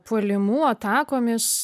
puolimu atakomis